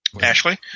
Ashley